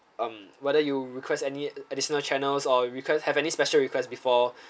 um whether you request any additional channels or requests have any special requests before